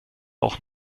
auch